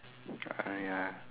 ah ya